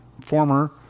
former